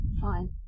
fine